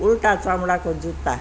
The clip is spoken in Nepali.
उल्टा चमडाको जुत्ता